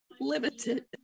limited